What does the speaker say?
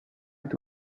est